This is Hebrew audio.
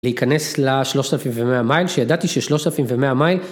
להיכנס לשלושת אלפים ומאה מייל, שידעתי ששלושת אלפים ומאה מייל...